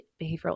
behavioral